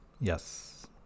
Yes